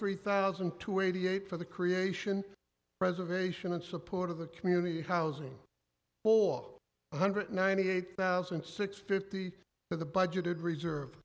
three thousand to eighty eight for the creation preservation and support of the community housing for one hundred ninety eight thousand and six fifty for the budgeted reserve